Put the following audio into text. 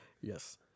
Yes